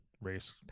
race